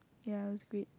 ya it was great